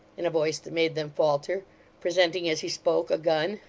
in a voice that made them falter presenting, as he spoke, a gun.